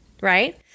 right